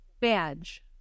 Badge